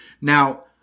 Now